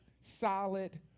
solid